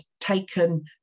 taken